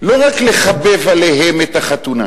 לא רק לחבב עליהם את החתונה,